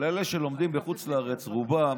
אבל אלה שלומדים בחוץ לארץ, רובם